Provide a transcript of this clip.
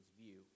view